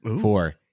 Four